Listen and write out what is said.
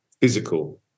physical